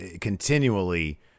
continually